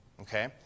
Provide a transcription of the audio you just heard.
okay